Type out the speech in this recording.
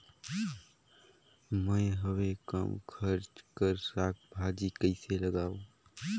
मैं हवे कम खर्च कर साग भाजी कइसे लगाव?